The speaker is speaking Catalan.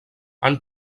han